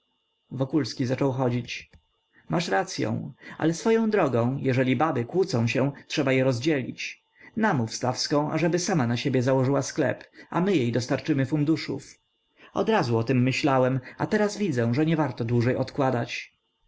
wokulski zaczął chodzić masz racyą ale swoją drogą jeżeli baby kłócą się trzeba je rozdzielić namów stawską ażeby sama na siebie założyła sklep a my jej dostarczymy funduszów odrazu o tem myślałem a teraz widzę że niewarto dłużej odkładać